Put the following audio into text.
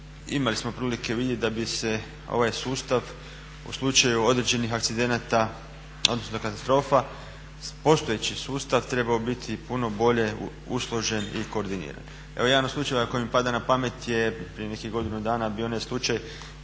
Imali smo prilike vidjeti da bi se ovaj sustav u slučaju određenih akcidenata odnosno katastrofa postojeći sustav trebao biti puno bolje složen i koordiniran. Evo jedan od slučajeva koji mi pada na pamet je prije nekih godinu dana bio onaj slučaj